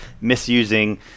misusing